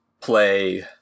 play